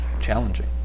challenging